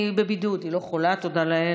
היא בבידוד, היא לא חולה, תודה לאל.